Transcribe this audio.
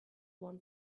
one